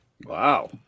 wow